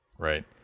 Right